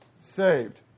saved